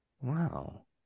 Wow